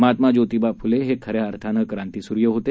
महात्मा ज्योतीबा फुले हे खऱ्या अर्थानं क्रांतीसूर्य होते